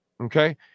Okay